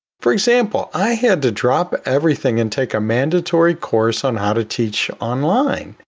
for example, i had to drop everything and take a mandatory course on how to teach online.